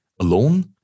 alone